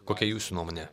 kokia jūsų nuomonė